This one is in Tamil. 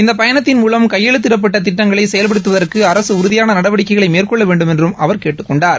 இந்த பயணத்தின் மூலம் கையெழுத்திடப்பட்ட திட்டங்களை செயல்படுத்துவதற்கு அரக உறுதியான நடவடிக்கைகளை மேற்கொள்ள வேண்டுமென்று அவர் கேட்டுக் கொண்டார்